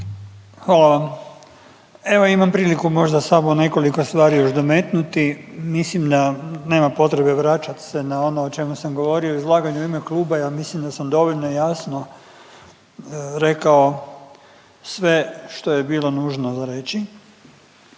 Hvala vam. Evo imam priliku možda samo nekoliko stvari još dometnuti, mislim da nema potrebe vraćat se na ono o čemu sam govorio u izlaganju u ime kluba, ja mislim da sam dovoljno jasno rekao sve što je bilo nužno za reći.